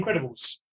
Incredibles